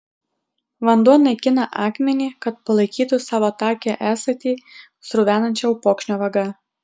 vanduo naikina akmenį kad palaikytų savo takią esatį sruvenančią upokšnio vaga